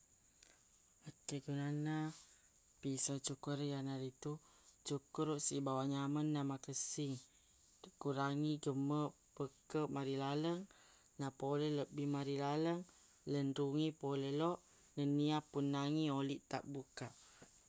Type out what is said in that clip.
Akkegunanna piso cukkur yanaritu cukkuruq sibawa nyameng namakessing kurangi gemmeq pekkeq marilaleng napole lebbi marilaleng lenrungngi pole loq nennia punnangngi oli tabbukkaq